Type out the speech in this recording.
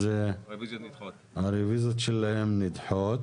אז הרוויזיות שלהן נדחות.